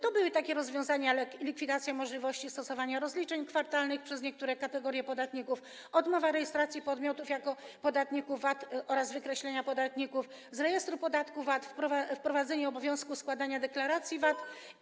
To były takie rozwiązania: likwidacja możliwości stosowania rozliczeń kwartalnych przez niektóre kategorie podatników, odmowa rejestracji podmiotów jako podatników VAT oraz wykreślenia podatników z rejestru podatku VAT, wprowadzenie obowiązku składania deklaracji VAT.